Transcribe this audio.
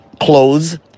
clothes